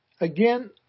Again